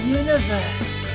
universe